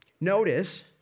Notice